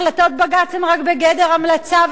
החלטות בג"ץ הן רק בגדר המלצה,